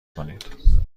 کنید